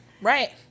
Right